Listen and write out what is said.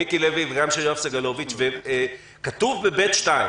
מיקי לוי ויואב סגלוביץ כתוב ב-(ב2),